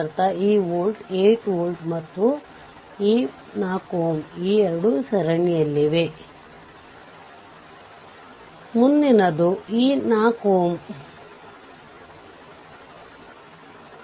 5 Ω resistor ನಲ್ಲಿ ಯಾವುದೇ current ಹರಿಯುವುದಿಲ್ಲ ಯಾಕೆಂದರೆ ಇದು ತೆರೆದಿರುತ್ತದೆ